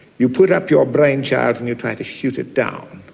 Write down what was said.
you put up your brainchild and you try to shoot it down,